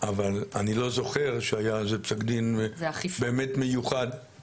אבל אני לא זוכר שהיה על זה פסק דין מיוחד --- זה אכיפה.